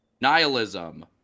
Nihilism